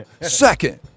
Second